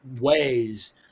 ways